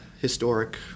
historic